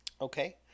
Okay